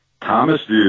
Thomas